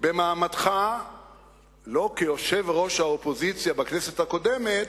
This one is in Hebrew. במעמדך לא כיושב-ראש האופוזיציה בכנסת הקודמת,